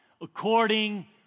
according